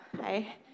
hi